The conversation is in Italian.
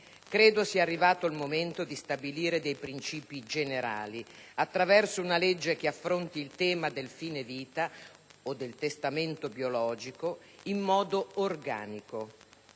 credo sia arrivato il momento di stabilire dei principi generali attraverso una legge che affronti il tema del fine vita o del testamento biologico in modo organico.